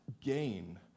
gain